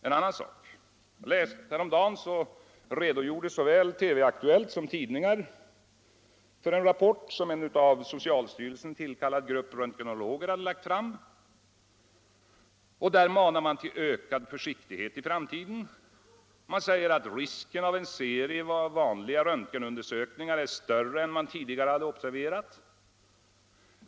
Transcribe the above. En annan sak: häromdagen redogjorde såväl TV-Aktuellt som tidningar för en rapport, som en av socialstyrelsen tillkallad grupp röntgenologer hade lagt fram. Där manar man till ökad försiktighet i framtiden. Man säger att risken av en serie vanliga röntgenundersökningar är större än som tidigare beräknats.